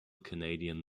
canadian